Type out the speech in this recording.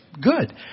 Good